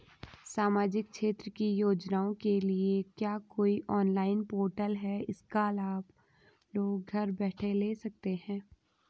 सामाजिक क्षेत्र की योजनाओं के लिए क्या कोई ऑनलाइन पोर्टल है इसका लाभ लोग घर बैठे ले सकते हैं?